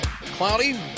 Cloudy